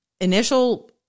initial